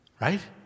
right